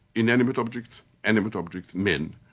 inanimate objects, animate objects, men,